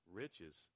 riches